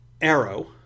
Arrow